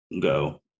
go